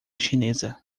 chinesa